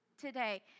today